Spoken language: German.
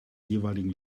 jeweiligen